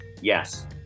Yes